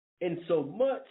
insomuch